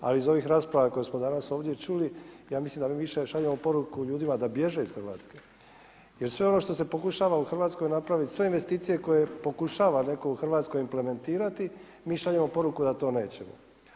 Ali iz ovih rasprava koje smo ovdje danas čuli ja mislim da im više šaljemo poruku ljudima da bježe iz Hrvatske, jer sve ono što se pokušava u Hrvatskoj napraviti, sve investicije koje pokušava netko u Hrvatskoj implementirati mi šaljemo poruku da to nećemo.